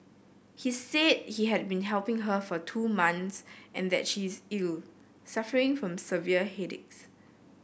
he said he had been helping her for two months and that she is ill suffering from severe headaches